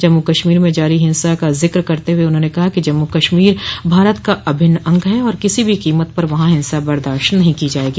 जम्मू कश्मीर में जारी हिंसा का जिक्र करते हुए उन्होने कहा कि जम्मू कश्मीर भारत का अभिन्न अंग है और किसी भी कीमत पर वहां हिंसा बर्दाश्त नहीं की जाएगी